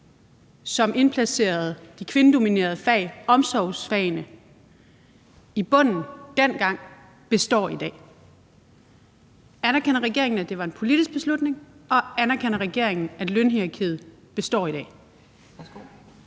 som indplacerede de kvindedominerede fag, altså omsorgsfagene, i bunden dengang, består i dag? Anerkender regeringen, at det var en politisk beslutning, og anerkender regeringen, at lønhierarkiet består i dag?